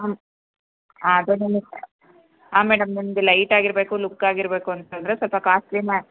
ಹಾಂ ಮೇಡಮ್ ನಿಮಗೆ ಲೈಟ್ ಆಗಿರಬೇಕು ಲುಕ್ ಆಗಿರಬೇಕು ಅಂತಂದರೆ ಸ್ವಲ್ಪ ಕಾಸ್ಟ್ಲಿನೇ